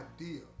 idea